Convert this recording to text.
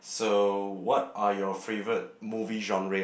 so what are your favourite movie genre